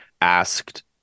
asked